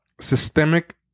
systemic